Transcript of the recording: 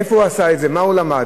איפה הוא עשה את זה, מה הוא למד.